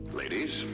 Ladies